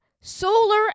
solar